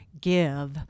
give